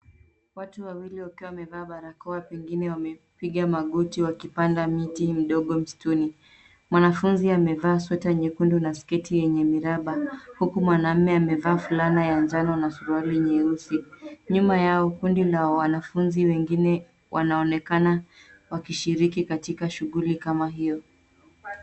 Watu wawili wakiwa wamevaa barakoa pengine wamepiga magoti wakipanda miti mdogo msituni. Mwanafunzi amevaa sweta nyekundu na sketi yenye miraba huku mwanaume amevaa vulana ya njano na suruali nyeusi. Nyuma yao kundi la wanafunzi wengine wanaonekana wakishiriki katika shughuli kama hio.